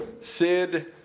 Sid